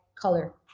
color